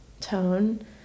tone